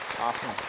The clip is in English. Awesome